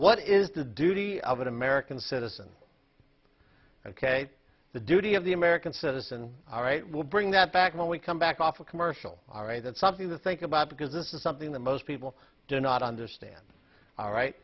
what is the duty of an american citizen ok the duty of the american citizen all right we'll bring that back when we come back off a commercial already that's something to think about because this is something that most people do not understand all right